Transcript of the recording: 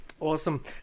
Awesome